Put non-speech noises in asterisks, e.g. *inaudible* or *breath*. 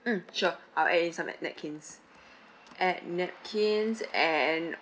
mm sure I'll add in some nap~ napkins *breath* add napkins and